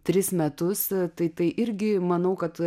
tris metus tai tai irgi manau kad